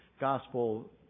gospel